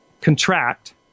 contract